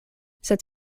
sed